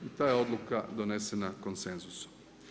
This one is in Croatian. Ta je odluka donesena konsenzusom.